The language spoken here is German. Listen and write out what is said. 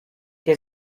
der